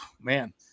man